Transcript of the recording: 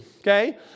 Okay